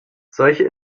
solche